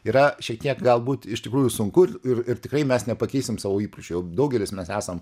yra šiek tiek galbūt iš tikrųjų sunku ir ir tikrai mes nepakeisim savo įpročių jau daugelis mes esam